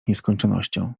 nieskończonością